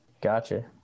Gotcha